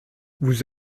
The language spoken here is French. vous